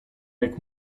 jak